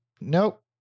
Nope